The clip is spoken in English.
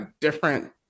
different